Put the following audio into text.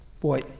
Boy